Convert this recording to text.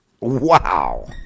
wow